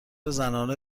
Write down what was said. زنانه